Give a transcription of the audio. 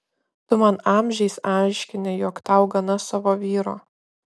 tu man amžiais aiškini jog tau gana savo vyro